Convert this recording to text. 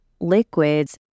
liquids